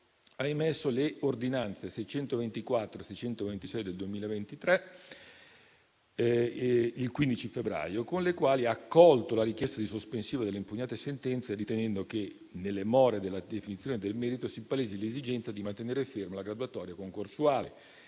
ha emesso le ordinanze nn. 624 e 626 del 2023, con le quali ha accolto la richiesta di sospensione delle impugnate sentenze, ritenendo che, nelle more della definizione del merito, si palesi l'esigenza di mantenere ferma la graduatoria concorsuale